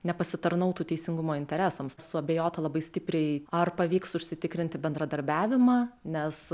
nepasitarnautų teisingumo interesams suabejota labai stipriai ar pavyks užsitikrinti bendradarbiavimą nes